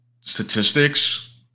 statistics